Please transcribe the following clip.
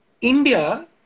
India